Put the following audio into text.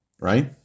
right